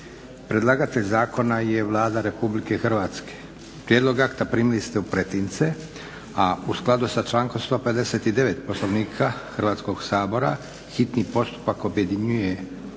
Predlagatelj zakona je Vlada Republike Hrvatske. Prijedlog akta primili ste u pretince. U skladu sa člankom 159. Poslovnika Hrvatskoga sabora hitni postupak objedinjuje prvo